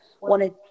wanted